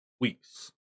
weeks